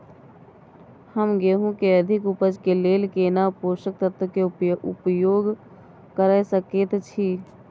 हम गेहूं के अधिक उपज के लेल केना पोषक तत्व के उपयोग करय सकेत छी?